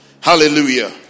Hallelujah